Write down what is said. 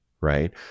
right